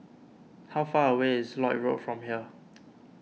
how far away is Lloyd Road from here